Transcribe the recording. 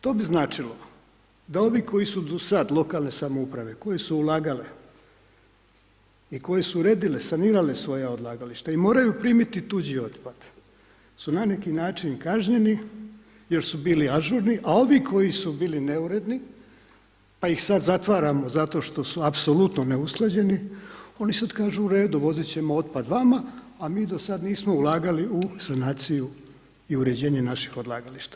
To bi značilo da ovi koji su do sad, lokalne samouprave, koje su ulagale i koje se redile, sanirale svoja odlagališta i moraju primiti tuđi otpad su na neki način kažnjeni, jer su bili ažurni, a ovi koji su bili neuredni, pa ih sad zatvaramo, zato što su apsolutno neusklađeni, oni sad kažu, u redu, vozit ćemo otpad vama, a mi do sad nismo ulagali u sanaciju i uređenje naših odlagališta.